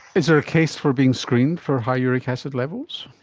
is there a case for being screened for high uric acid levels?